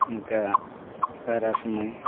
ᱚᱱᱠᱟ ᱯᱟᱭᱨᱟ ᱥᱚᱢᱚᱭ